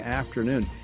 afternoon